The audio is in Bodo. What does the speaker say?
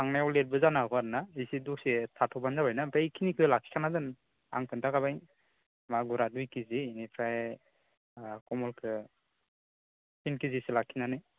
थांनायाव लेटबो जानो हागौ आरो ना इसे दसे थाथ'ब्लानो जाबाय ना ओमफ्राय इखिनिखौ लाखिखाना दोन आं खोन्था खाबाय मागुरा दुइ केजि इनिफ्राय ओ कमलखो तिन केजिसो लाखिनानै